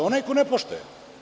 Onaj ko ne poštuje.